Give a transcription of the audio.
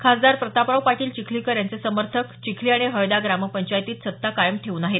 खासदार प्रतापराव पाटील चिखलीकर यांचे समर्थक चिखली आणि हळदा ग्राम पंचायतीत सत्ता कायम ठेऊन आहेत